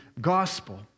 gospel